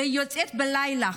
והיא יוצאת בלילה,